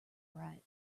write